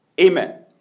Amen